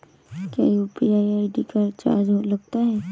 क्या UPI ID का charge लगता है?